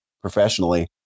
professionally